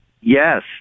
Yes